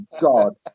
God